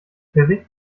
bewegt